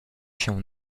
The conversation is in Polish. się